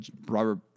Robert